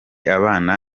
abana